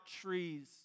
trees